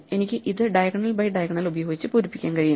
എനിക്ക് ഇത് diagonal by diagonal ഉപയോഗിച്ച് പൂരിപ്പിക്കാൻ കഴിയും